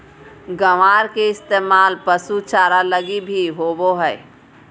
ग्वार के इस्तेमाल पशु चारा लगी भी होवो हय